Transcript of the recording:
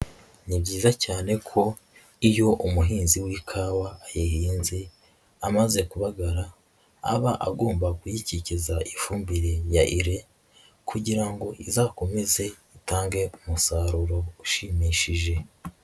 Ni byiza cyane ko iyo umuhinzi w'ikawa ayihinze amaze kubagara, aba agomba kuyikikiza ifumbire ya ire, kugira ngo izakomeze itange umusaruro ushimishije.